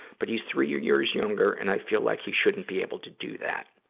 but he's three years younger and i feel like he shouldn't be able to do that.